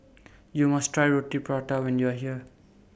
YOU must Try Roti Prata when YOU Are here